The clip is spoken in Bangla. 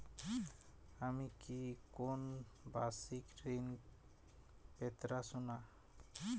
আমি কি কোন বাষিক ঋন পেতরাশুনা?